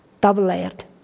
double-layered